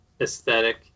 aesthetic